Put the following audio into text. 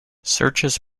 searches